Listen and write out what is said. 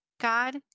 God